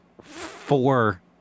four